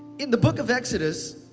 in the book of exodus,